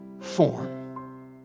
form